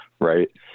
Right